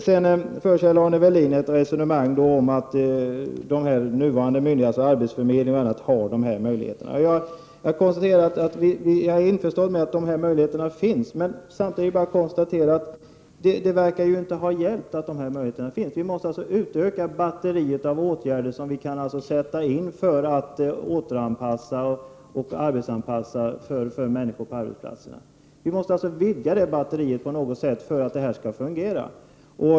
Kjell-Arne Welin förde ett resonemang om att myndigheter som redan finns, t.ex. arbetsförmedlingen, har de uppgifter som arbetslivsfonden skulle få. Jag är införstådd med att det förhåller sig så, men samtidigt kan jag ju konstatera att det inte har hjälpt. Vi måste utöka batteriet av åtgärder som vi kan sätta in för att återanpassa människor på arbetsplatserna. Vi måste vidga det batteriet på något sätt för att detta skall fungera.